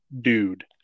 dude